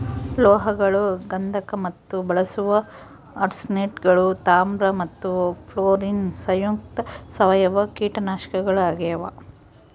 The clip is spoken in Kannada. ಲೋಹಗಳು ಗಂಧಕ ಮತ್ತು ಬಳಸುವ ಆರ್ಸೆನೇಟ್ಗಳು ತಾಮ್ರ ಮತ್ತು ಫ್ಲೋರಿನ್ ಸಂಯುಕ್ತ ಸಾವಯವ ಕೀಟನಾಶಕಗಳಾಗ್ಯಾವ